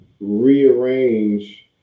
rearrange